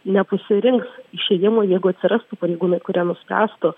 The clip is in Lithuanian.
nepasirinks išėjimo jeigu atsirastų pareigūnai kurie nuspręstų